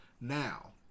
Now